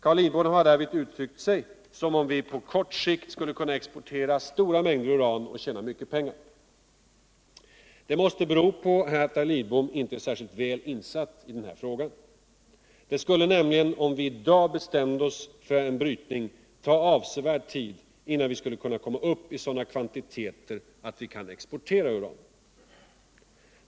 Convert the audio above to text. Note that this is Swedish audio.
Carl Cidbom har därvid uttryckt sig som om vi på kort sikt skulle kunna exportera ganska stora mängder uran och tjäna mycket pengar. Det bero på att herr Lidbom inte är särskilt väl insatt i den här frågan. Det skulle nämligen, om vi i dag bestämde oss för en brytning. ta avsevärd tid innan vi skulle kunna komma upp i sådana kvantiteter att vi kan exportera.